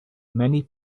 many